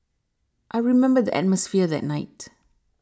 I remember the atmosphere that night